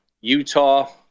Utah